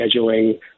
scheduling